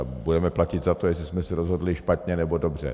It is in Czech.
Budeme platit za to, jestli jsme se rozhodli špatně, nebo dobře.